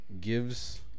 gives